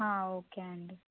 okay అండి